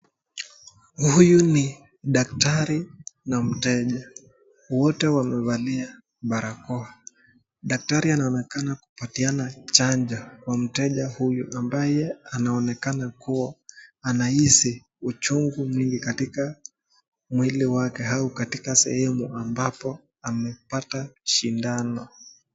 Huyu ni daktari na mteja wote wamevalia barakoa. Daktari anaonekana kupatiana chanjo kwa mteja huyu ambaye anaonekana kuwa anahisi uchungu mwingi katika mwili wake au katika sehemu ambapo amepata sindano.